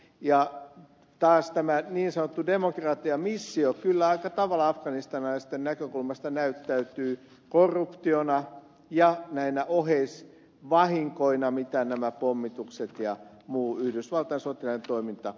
taas tämä niin sanottu demokratiamissio kyllä aika tavalla afganistanilaisten näkökulmasta näyttäytyy korruptiona ja näinä oheisvahinkoina mitä nämä pommitukset ja muu yhdysvaltain sotilaallinen toiminta aikaansaavat